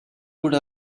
could